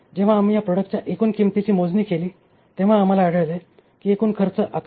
जेव्हा आम्ही या प्रॉडक्टच्या एकूण किंमतीची मोजणी केली तेव्हा आम्हाला आढळले आहे की एकूण खर्च 11